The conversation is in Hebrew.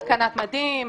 התקנת מדים,